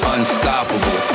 Unstoppable